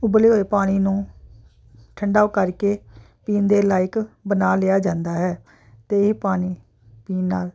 ਉਬਲੇ ਹੋਏ ਪਾਣੀ ਨੂੰ ਠੰਡਾ ਕਰਕੇ ਪੀਣ ਦੇ ਲਾਇਕ ਬਣਾ ਲਿਆ ਜਾਂਦਾ ਹੈ ਅਤੇ ਇਹ ਪਾਣੀ ਪੀਣ ਨਾਲ